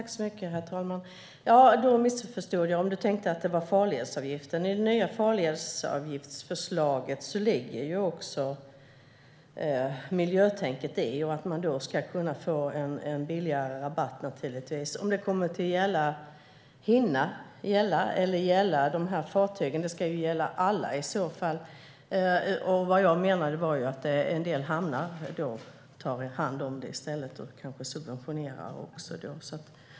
Herr talman! Om Jimmy Ståhl tänkte på farledsavgiften så missförstod jag. I det nya farledsavgiftsförslaget ligger också miljötänkandet och att man ska kunna få en rabatt. Det ska i så fall gälla alla fartyg, och vad jag menade var att en del hamnar tar hand om det i stället och kanske subventionerar.